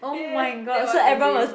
ya ya that was the dream